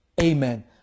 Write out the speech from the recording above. Amen